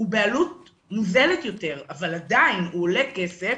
הוא בעלות מוזלת יותר, אבל עדיין הוא עולה כסף.